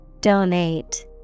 Donate